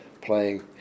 playing